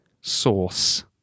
source